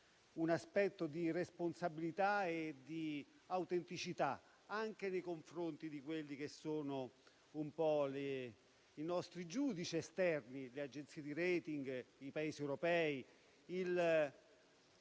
un aspetto di responsabilità e di autenticità, anche nei confronti dei nostri giudici esterni, le Agenzie di *rating*, i Paesi europei,